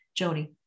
Joni